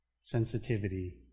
sensitivity